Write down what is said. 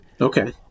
Okay